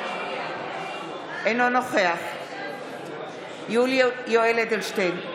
אינו נוכח יולי יואל אדלשטיין,